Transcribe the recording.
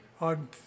on